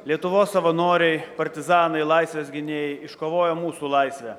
lietuvos savanoriai partizanai laisvės gynėjai iškovojo mūsų laisvę